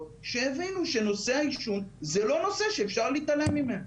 שהבינו שזה לא נושא שאפשר להתעלם ממנו.